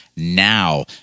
now